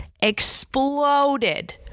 exploded